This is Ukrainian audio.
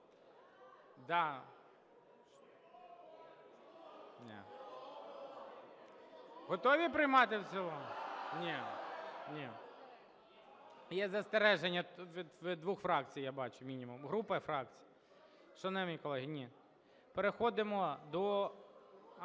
Готові приймати в цілому? Є застереження від двох фракцій, я бачу, мінімум, група і фракція. Шановні колеги, ні. Переходимо до…